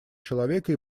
человека